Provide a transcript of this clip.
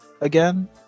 again